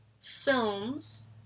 films